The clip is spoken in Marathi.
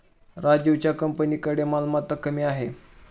राजीवच्या कंपनीकडे मालमत्ता कमी आहे